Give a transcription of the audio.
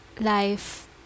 life